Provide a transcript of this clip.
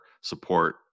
support